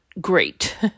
great